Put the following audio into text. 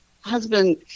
husband